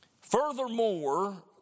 Furthermore